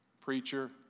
Preacher